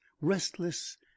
restless